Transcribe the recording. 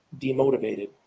demotivated